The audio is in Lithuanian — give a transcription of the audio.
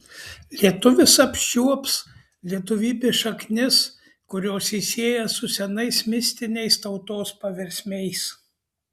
lietuvis apčiuops lietuvybės šaknis kurios jį sieja su senais mistiniais tautos paversmiais